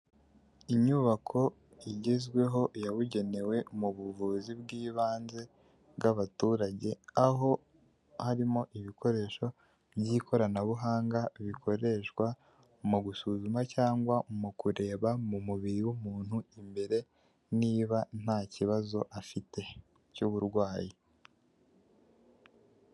Inyubako igezweho yabugenewe mu buvuzi bw'ibanze bw'abaturage, aho harimo ibikoresho by'ikoranabuhanga bikoreshwa mu gusuzuma cyangwa mu kureba mu mubiri w'umuntu imbere niba ntakibazo afite cy'uburwayi.